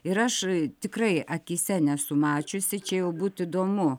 ir aš tikrai akyse nesu mačiusi čia jau būtų įdomu